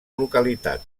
localitat